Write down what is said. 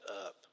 up